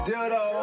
Dildo